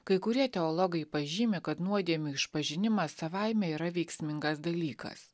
kai kurie teologai pažymi kad nuodėmių išpažinimas savaime yra veiksmingas dalykas